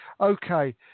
Okay